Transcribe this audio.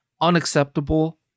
unacceptable